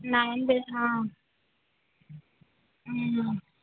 நான் வந்து ஆ ம்